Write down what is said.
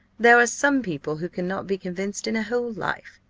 there are some people who cannot be convinced in a whole life,